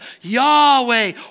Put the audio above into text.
Yahweh